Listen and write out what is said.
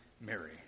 Mary